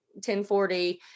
1040